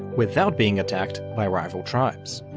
without being attacked by rival tribes.